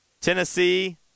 Tennessee